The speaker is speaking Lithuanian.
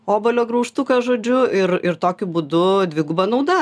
obuolio graužtuką žodžiu ir ir tokiu būdu dviguba nauda